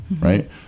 Right